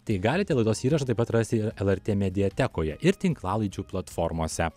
tai galite laidos įrašą taip pat rasti ir lrt mediatekoje ir tinklalaidžių platformose